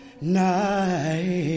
night